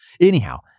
Anyhow